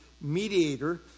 mediator